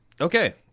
okay